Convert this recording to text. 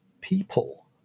people